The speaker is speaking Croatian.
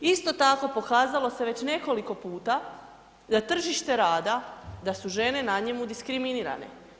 Isto tako pokazalo se već nekoliko puta da tržište rada, da su žene na njemu diskriminirane.